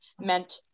meant